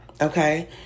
okay